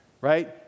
right